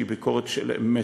שהיא ביקורת של אמת,